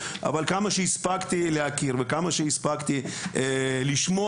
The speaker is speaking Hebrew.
אבל כמה שהספקתי להכיר וכמה שהספקתי לשמוע,